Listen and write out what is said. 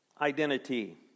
identity